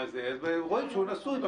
אז רואים ברישומים שהוא נשוי.